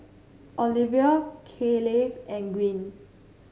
Olivia Kaleigh and Gwyn